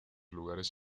lugares